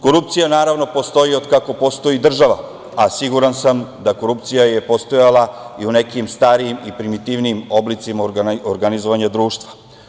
Korupcija, naravno, postoji od kako postoji država, a siguran sam da je korupcija postojala i u nekim starijim i primitivnijim oblicima organizovanja društva.